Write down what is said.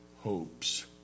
hopes